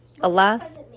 Alas